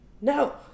no